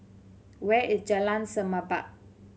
where is Jalan Semerbak